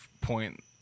point